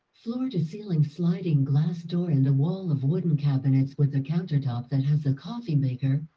floor-to-ceiling sliding glass door, and a wall of wooden cabinets with a countertop that has a coffee maker,